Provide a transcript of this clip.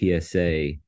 PSA